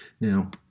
Now